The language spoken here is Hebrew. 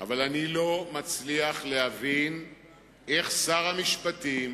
אבל אני לא מצליח להבין איך שר המשפטים